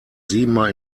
siebenmal